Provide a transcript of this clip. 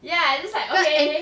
ya just like okay